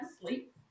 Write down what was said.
sleep